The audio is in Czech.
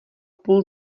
půl